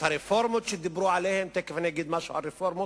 את הרפורמות שדיברו עליהן תיכף אגיד משהו על רפורמות,